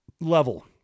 level